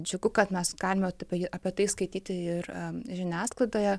džiugu kad mes galime apie tai skaityti ir žiniasklaidoje